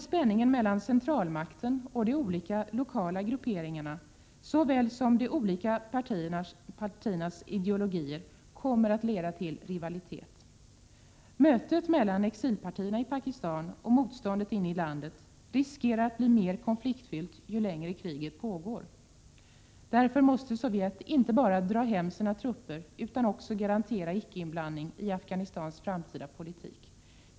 Spänningen såväl mellan centralmakten och de olika lokala grupperingarna som mellan de olika partiernas ideologier kommer att leda till rivalitet. Mötet mellan exilpartierna i Pakistan och motståndet inne i landet riskerar att bli mer konfliktfyllt ju längre kriget pågår. Därför måste Sovjet inte bara dra hem sina trupper, utan också garantera icke-inblandning i Afghanistans framtida politik.